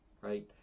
right